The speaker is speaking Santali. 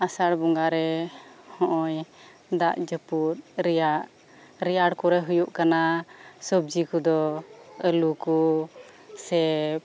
ᱟᱥᱟᱲ ᱵᱚᱸᱜᱟ ᱨᱮ ᱦᱚᱜ ᱚᱭ ᱫᱟᱜ ᱡᱟᱹᱯᱩᱫ ᱨᱮᱭᱟᱜ ᱨᱮᱭᱟᱲ ᱠᱚᱨᱮ ᱦᱩᱭᱩᱜ ᱠᱟᱱᱟ ᱥᱚᱵᱡᱤ ᱠᱚᱫᱚ ᱟᱹᱞᱩ ᱠᱚ ᱥᱮ